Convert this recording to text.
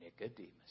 Nicodemus